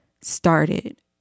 started